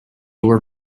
were